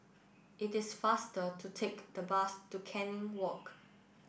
it is faster to take the bus to Canning Walk